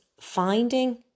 finding